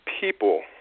people